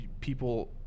people